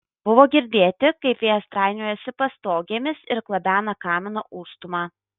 buvo girdėti kaip vėjas trainiojasi pastogėmis ir klabena kamino užstūmą